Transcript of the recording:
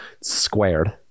Squared